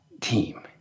team